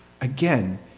Again